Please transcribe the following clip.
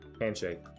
Handshake